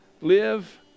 live